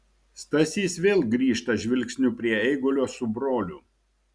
stasys vėl grįžta žvilgsniu prie eigulio su broliu